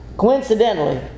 Coincidentally